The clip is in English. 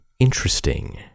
interesting